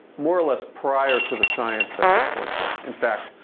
more or less prior to the science that supports it. in fact,